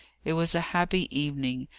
it was a happy evening,